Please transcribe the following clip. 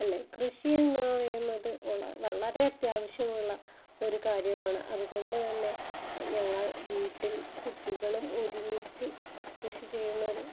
അല്ലേ കൃഷി എന്ന് പറയുന്നത് വളരെ അത്യാവശ്യമുള്ള ഒരു കാര്യമാണ് അതുകൊണ്ട് തന്നെ ഞങ്ങള് വീട്ടില് കുട്ടികളും ഒരിമിച്ച് കൃഷി ചെയ്യുന്നൊരു